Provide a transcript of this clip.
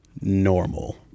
normal